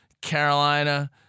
Carolina